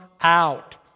out